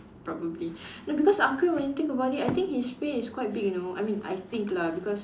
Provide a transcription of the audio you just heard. probably no because uncle when you think about it I think his pay is quite big you know I mean I think lah because